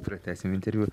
pratęsim interviu